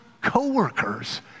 co-workers